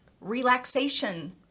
relaxation